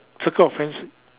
circle of friends